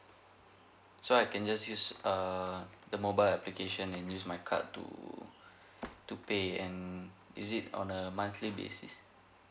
so I can just use err the mobile application and use my card to to pay and is it on a monthly basis